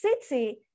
city